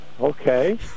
Okay